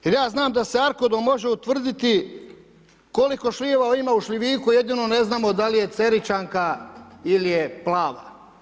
Jer ja znam da se ARKODOM može utvrditi koliko šljiva ima u šljiviku a jedino ne znamo da li je cerićanka ili je plava.